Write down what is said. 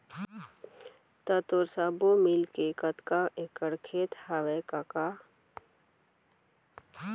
त तोर सब्बो मिलाके कतका एकड़ खेत हवय कका?